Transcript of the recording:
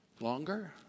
longer